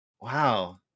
wow